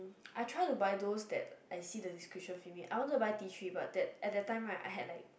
I try to buy those that I see the description feel me I want to buy tea tree but at the time right I had like